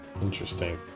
Interesting